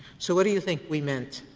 so what do you think we meant?